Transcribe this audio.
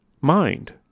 mind